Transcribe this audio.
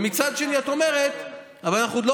ומצד שני את אומרת: אבל אנחנו עוד לא